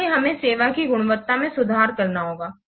इसलिए हमें सेवा की गुणवत्ता में सुधार करना होगा